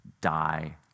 die